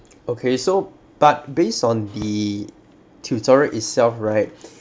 okay so but based on the tutorial itself right